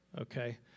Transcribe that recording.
okay